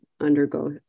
undergo